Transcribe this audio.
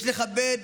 יש לכבד